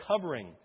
covering